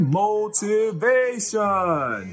motivation